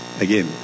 Again